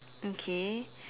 okay